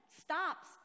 stops